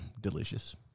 delicious